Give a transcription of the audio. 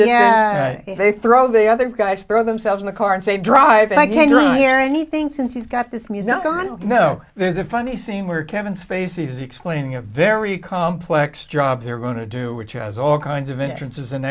heard they throw the other guy just throw themselves in the car and say dr i can't hear anything since he's got this music on no there's a funny scene where kevin spacey is explaining a very complex job they're going to do which has all kinds of entrances